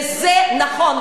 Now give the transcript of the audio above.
וזה נכון.